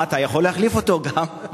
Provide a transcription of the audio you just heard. אתה יכול להחליף אותו גם.